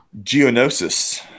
Geonosis